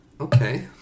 Okay